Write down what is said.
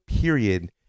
period